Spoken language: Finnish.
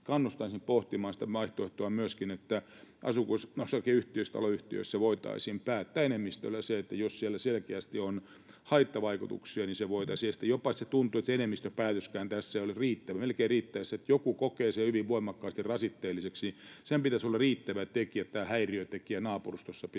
kannustaisin pohtimaan myöskin sitä vaihtoehtoa, että asunto-osakeyhtiöissä, taloyhtiöissä voitaisiin päättää enemmistöllä se, että jos siellä selkeästi on haittavaikutuksia, niin se voitaisiin estää. Tuntuu jopa, että se enemmistöpäätöskään tässä ei ole tarpeen; melkein riittäisi, että joku kokee sen hyvin voimakkaasti rasitteelliseksi, sen pitäisi olla riittävä tekijä, että tämä häiriötekijä naapurustossa pitäisi